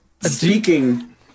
speaking